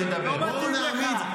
אתם מאריכים את הזמן שלו לדבר.